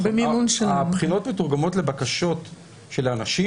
הבחינות מתורגמות לבקשות של האנשים